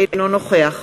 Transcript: אינו נוכח